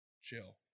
chill